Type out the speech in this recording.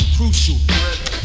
Crucial